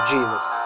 Jesus